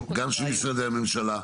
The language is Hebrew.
גם של משרדי הממשלה.